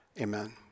amen